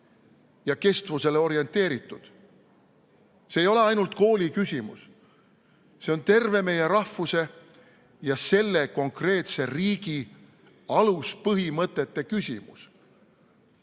ja kestvusele orienteeritud? See ei ole ainult kooli küsimus, see on terve meie rahvuse ja selle konkreetse riigi aluspõhimõtete küsimus.